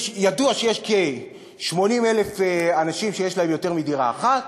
ידוע שיש כ-80,000 אנשים שיש להם יותר מדירה אחת,